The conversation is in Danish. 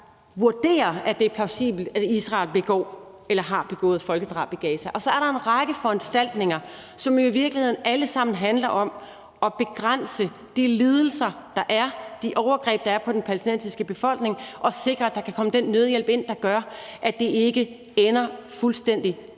der vurderer, at det er plausibelt, at Israel begår eller har begået folkedrab i Gaza. Så er der en række foranstaltninger, som i virkeligheden alle sammen handler om at begrænse de lidelser, der er, og de overgreb, der er på den palæstinensiske befolkning, og sikre, at der kan komme den nødhjælp ind, der gør, at det ikke ender fuldstændig galt,